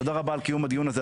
תודה רבה על קיום הדיון הזה,